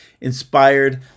inspired